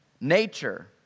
nature